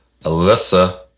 Alyssa